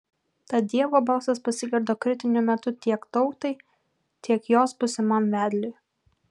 tad dievo balsas pasigirdo kritiniu metu tiek tautai tiek jos būsimam vedliui